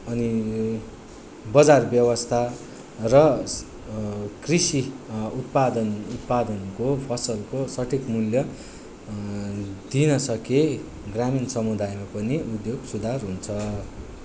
अनि बजार व्यवस्था र कृषि उत्पादन उत्पादनको फसलको सठिक मूल्य दिन सके ग्रामीण समुदायमा पनि उद्योग सुधार हुन्छ